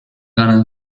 gonna